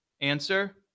Answer